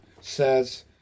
says